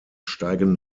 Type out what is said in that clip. steigen